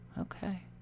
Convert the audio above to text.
Okay